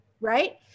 right